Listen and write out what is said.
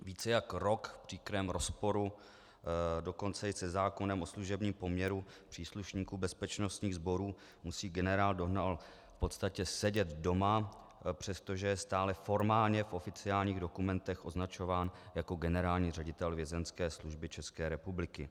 Více než rok v příkrém rozporu dokonce i se zákonem o služebním poměru příslušníků bezpečnostních sborů musí generál Dohnal v podstatě sedět doma, přestože je stále formálně v oficiálních dokumentech označován jako generální ředitel Vězeňské služby České republiky.